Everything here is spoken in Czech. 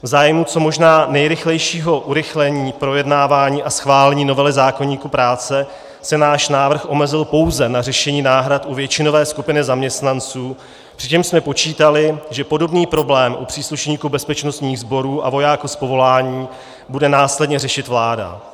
V zájmu co možná nejrychlejšího urychlení projednávání a schválení novely zákoníku práce se náš návrh omezil pouze na řešení náhrad u většinové skupiny zaměstnanců, přičemž jsme počítali, že podobný problém u příslušníků bezpečnostních sborů a vojáků z povolání bude následně řešit vláda.